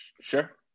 Sure